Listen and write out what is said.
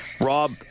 Rob